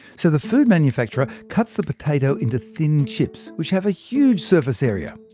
so the food manufacturer cuts the potato into thin chips, which have a huge surface area.